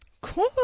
Cool